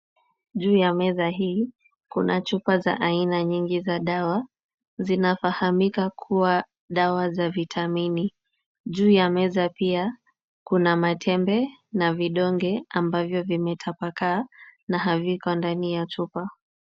Juu ya meza hii, kuna chupa za aina nyingi za dawa. Zinafahamika kuwa dawa za vitamini. Juu ya meza pia, kuna matembe na vidonge ambavyo vimetapakaa na haviko ndani ya chupa.